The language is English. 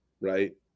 right